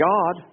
God